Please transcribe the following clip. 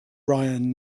ryan